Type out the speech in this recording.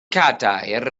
cadair